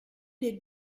des